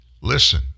Listen